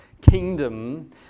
kingdom